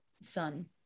son